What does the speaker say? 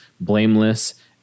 blameless